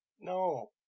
No